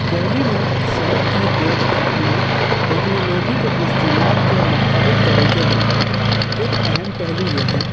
دہلی میں صحت کی دیکھ بھال میں ٹیکنالوجی کے استعمال کے مختلف طریقے ہیں کچھ اہم پہلو یہ ہیں